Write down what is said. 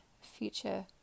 future